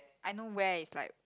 I know where is like